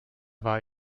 war